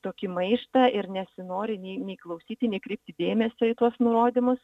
tokį maištą ir nesinori nei nei klausyti nei kreipti dėmesio į tuos nurodymus